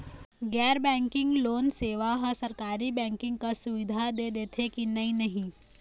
गैर banking loan सेवा हा सरकारी बैंकिंग कस सुविधा दे देथे कि नई नहीं?